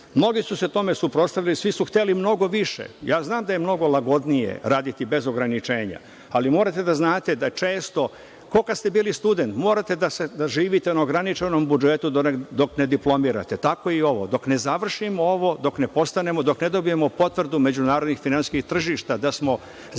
narod. Mnogi su se tome suprotstavili, svi su hteli mnogo više. Ja znam da je mnogo lagodnije raditi bez ograničenja, ali morate da znate da često, ko kad ste bili student, morate da živite na ograničenom budžetu dok ne diplomirate. Tako i ovo. Dok ne završimo ovo, dok ne postanemo, dok ne dobijemo potvrdu međunarodnih finansijskih tržišta da smo zemlja